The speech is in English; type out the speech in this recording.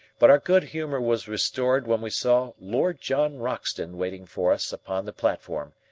but our good humour was restored when we saw lord john roxton waiting for us upon the platform,